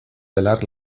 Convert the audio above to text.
belar